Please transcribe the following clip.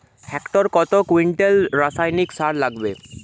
হেক্টরে কত কুইন্টাল রাসায়নিক সার লাগবে?